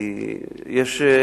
כי יש,